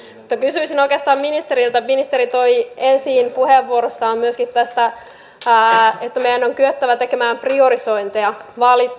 mutta oikeastaan kysyisin ministeriltä kun ministeri toi esiin puheenvuorossaan myöskin että meidän on kyettävä tekemään priorisointeja